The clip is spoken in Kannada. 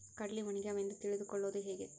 ಕಡಲಿ ಒಣಗ್ಯಾವು ಎಂದು ತಿಳಿದು ಕೊಳ್ಳೋದು ಹೇಗೆ?